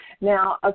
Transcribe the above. Now